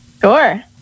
Sure